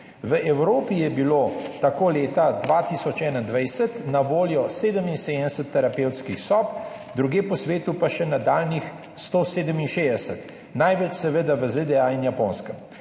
V Evropi je bilo tako leta 2021 na voljo 77 terapevtskih sob, drugje po svetu pa še nadaljnjih 167, največ seveda v ZDA in na Japonskem.